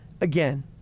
again